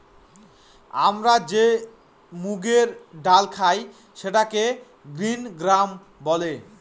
আমরা যে মুগের ডাল খায় সেটাকে গ্রিন গ্রাম বলে